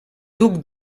duc